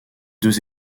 deux